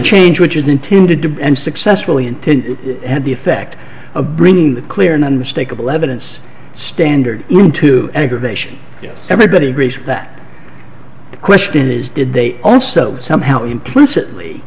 change which was intended to end successfully until it had the effect of bringing the clear and unmistakable evidence standard into aggravation yes everybody agrees that the question is did they also somehow implicitly